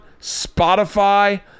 Spotify